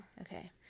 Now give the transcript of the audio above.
Okay